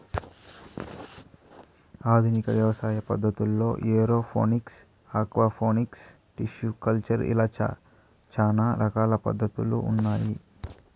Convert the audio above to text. ఆధునిక వ్యవసాయ పద్ధతుల్లో ఏరోఫోనిక్స్, ఆక్వాపోనిక్స్, టిష్యు కల్చర్ ఇలా చానా రకాల పద్ధతులు ఉన్నాయి